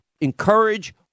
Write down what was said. Encourage